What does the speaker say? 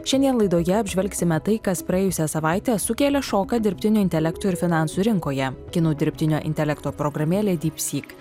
šiandien laidoje apžvelgsime tai kas praėjusią savaitę sukėlė šoką dirbtinio intelekto ir finansų rinkoje kinų dirbtinio intelekto programėlė dypsyk